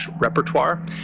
repertoire